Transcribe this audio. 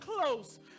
close